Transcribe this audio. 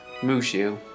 Mushu